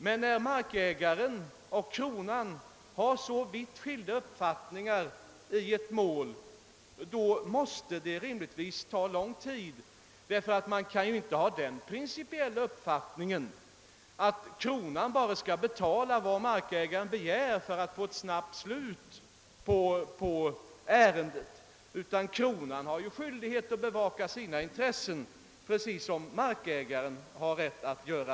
Men när markägaren och kronan har vitt skilda uppfattningar i ett mål måste en uppgörelse rimligtvis ta lång tid. Ty man kan ju inte ha den principiella uppfattningen att kronan bara skall betala vad markägaren begär för att få ett snabbt slut på ärendet, eftersom kronan har skyldighet att bevaka sina intressen på samma sätt som markägaren bevakar sina.